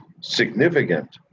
significant